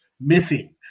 missing